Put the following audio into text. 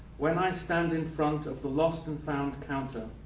when i stand in front of the lost and found counter,